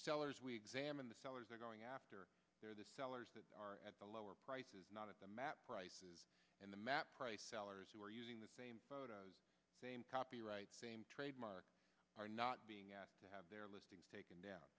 sellers we examine the sellers they're going after they're the sellers that are at the lower prices not at the map prices and the map price sellers who are using the same copyright trademark are not being asked to have their listings taken down